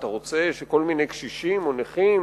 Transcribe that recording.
אתה רוצה שכל מיני קשישים או נכים